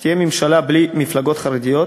שתהיה ממשלה בלי מפלגות חרדיות,